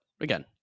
again